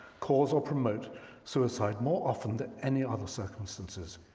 cause or promote suicide more often than any other circumstances.